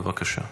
בבקשה.